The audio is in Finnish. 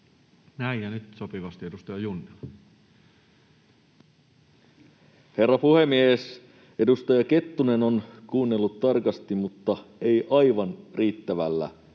lailla Time: 17:14 Content: Herra puhemies! Edustaja Kettunen on kuunnellut tarkasti mutta ei aivan riittävällä